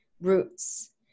roots